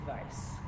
advice